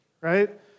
right